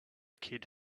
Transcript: kid